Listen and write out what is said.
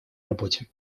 работе